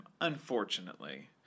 unfortunately